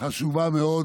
חשובה מאוד.